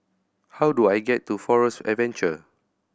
how do I get to Forest Adventure